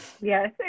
Yes